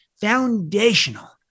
foundational